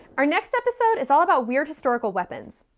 our next episode is all about weird historical weapons.